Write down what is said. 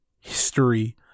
history